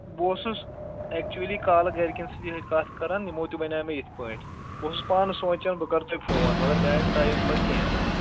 بہٕ اوسُس ایٚکچُلی کالہٕ گرِکٮ۪ن سۭتۍ یِہٕے کَتھ کَرَان یِمو تہِ وَنِیو مےٚ یِتھ پٲٹھۍ بہٕ اوسُس پانہٕ سونٛچان بہٕ کرٕ تۄہہِ فون مگر مےٚ آیہِ نہٕ ٹایم پَتہٕ کینٛہہ